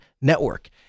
Network